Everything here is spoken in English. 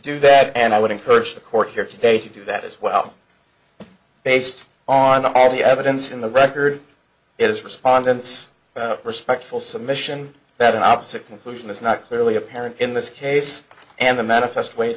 do that and i would encourage the court here today to do that as well based on all the evidence in the record it is respondents respectful submission that an opposite conclusion is not clearly apparent in this case and the manifest w